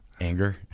Anger